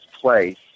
place